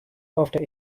after